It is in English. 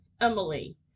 Emily